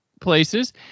places